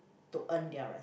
to earn their res~